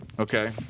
Okay